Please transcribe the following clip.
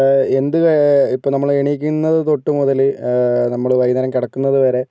കാ ഇപ്പോൾ നമ്മൾ എണീക്കുന്നത് തൊട്ട് മുതൽ നമ്മൾ വൈകുന്നേരം കിടക്കുന്നത് വരെ